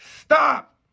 stop